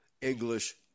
English